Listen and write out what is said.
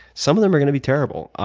some of them are gonna be terrible.